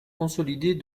consolidée